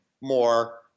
more